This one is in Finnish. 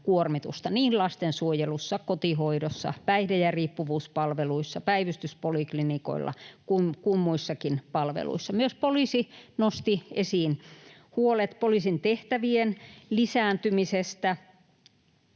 kuormitusta niin lastensuojelussa, kotihoidossa, päihde- ja riippuvuuspalveluissa, päivystyspoliklinikoilla kuin muissakin palveluissa. Myös poliisi nosti esiin huolet poliisin tehtävien lisääntymisestä